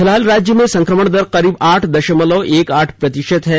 फिलहाल राज्य में संक्रमण दर करीब आठ दशमलव एक आठ प्रतिशत पाया गया है